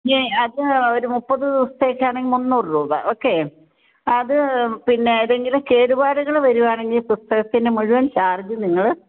ഈ അപ്പം ഒരു മുപ്പത് ദിവസത്തേക്കാണെങ്കില് മുന്നൂറ് രൂപ ഒക്കേ അത് പിന്നെ ഏതെങ്കിലും കേടുപാടുകൾ വരുകയാണെങ്കില് പുസ്തകത്തിൻ്റെ മുഴുവന് ചാര്ജും നിങ്ങള്